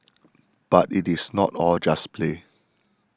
but it is not all just play